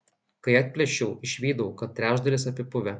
kai atplėšiau išvydau kad trečdalis apipuvę